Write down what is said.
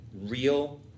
real